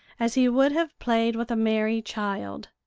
as he would have played with a merry child.